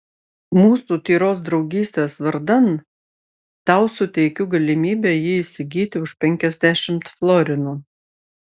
mūsų tyros draugystės vardan tau suteikiu galimybę jį įsigyti už penkiasdešimt florinų